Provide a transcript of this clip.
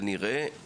כנראה,